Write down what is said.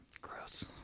Gross